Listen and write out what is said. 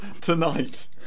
tonight